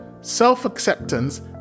Self-acceptance